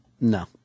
no